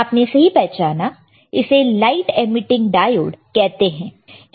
आपने सही पहचाना इसे लाईट एमीटिंग डायोड कहते हैं